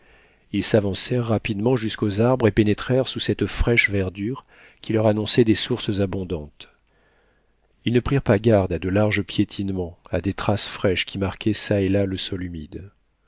ils s'avancèrent rapidement jusqu'aux arbres et pénétrèrent sous cette fraîche verdure qui leur annonçait des sources abondantes ils ne prirent pas garde à de larges piétinements à des traces fraîches qui marquaient çà et là le sol humide